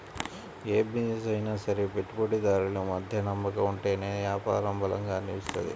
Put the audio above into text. యే బిజినెస్ అయినా సరే పెట్టుబడిదారులు మధ్య నమ్మకం ఉంటేనే యాపారం బలంగా నిలుత్తది